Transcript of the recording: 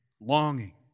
longing